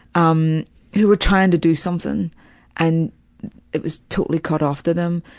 um who were trying to do something and it was totally cut off to them.